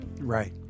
Right